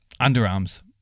Underarms